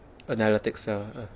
analytics ya